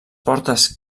portes